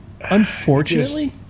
unfortunately